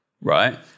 right